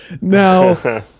Now